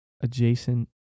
adjacent